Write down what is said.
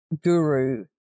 guru